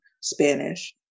Spanish